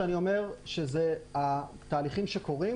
מה שאני אומר הוא שתהליכים שקורים,